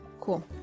Cool